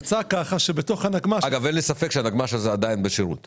יצא ככה שבתוך הנגמ"ש אחד מהחבר'ה היה סוכן ביטוח.